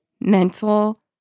mental